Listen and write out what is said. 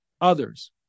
others